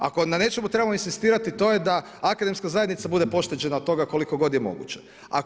Ako na nečemu trebamo inzistirati to je da Akademska zajednica bude pošteđena toga koliko god je moguće.